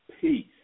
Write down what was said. peace